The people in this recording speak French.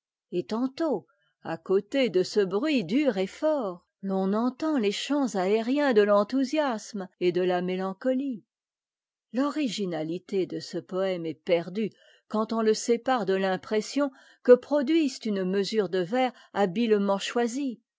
et tantôt à côte de c e bruit dur et fort l'on entend tes chants aériens dej'enthousiasme et de la métaneotie l'originatité deice poëme est perdue quand on le sépare de t'impression que produisent une mesure de vers habilement choisie